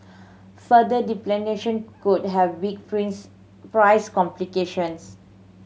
further depletion could have big price implications